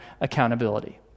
accountability